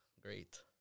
Great